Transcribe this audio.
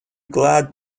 glad